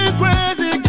crazy